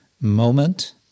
moment